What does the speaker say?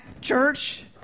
church